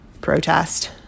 protest